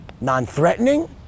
non-threatening